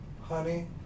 Honey